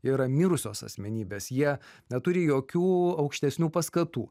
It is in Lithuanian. ir mirusios asmenybės jie neturi jokių aukštesnių paskatų